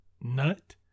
Nut